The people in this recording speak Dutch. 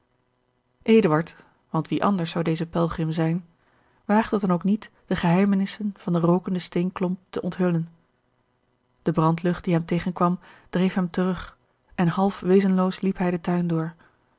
want wie anders zou deze pelgrim zijn waagde het dan ook niet de geheimenissen van den rookenden steenklomp te onthullen de brandlucht die hem tegenkwam dreef hem terug en half wezenloos liep hij den tuin door